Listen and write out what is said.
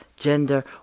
gender